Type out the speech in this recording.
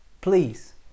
please